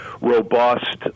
robust